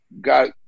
got